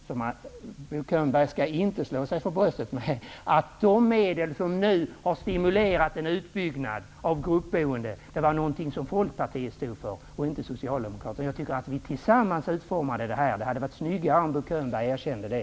Bo Könberg skall inte slå sig för bröstet och säga att de medel som nu har stimulerat en utbyggnad av gruppboende var någonting som Folkpartiet stod för och inte Vi utformade detta tillsammans. Det hade varit snyggare om Bo Könberg erkänt det.